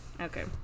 Okay